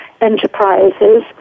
enterprises